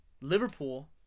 Liverpool